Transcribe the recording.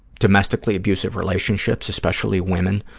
domestically abusive relationships, especially women,